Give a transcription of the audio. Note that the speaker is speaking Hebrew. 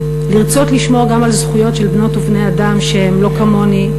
לרצות לשמור גם על זכויות בנות ובני אדם שהם לא כמוני,